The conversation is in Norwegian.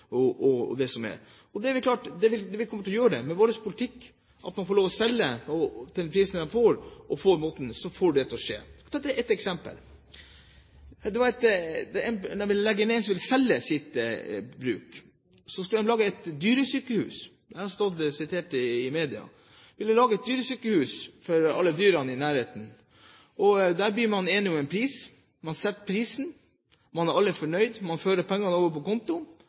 Det er klart, det vil de komme til å gjøre med vår politikk, hvor man får lov til å selge til den prisen man får. På den måten får man det til å skje. Jeg vil ta et eksempel om en som ville selge sitt bruk. Man skulle lage et dyresykehus – dette er sitert i media. Man ville lage et dyresykehus for alle dyrene i nærheten. Så ble man enig om en pris, man setter prisen, alle er fornøyd, man fører pengene over på konto